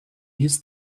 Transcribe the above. his